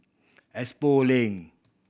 Expo Link